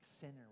center